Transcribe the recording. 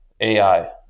AI